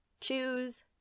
Choose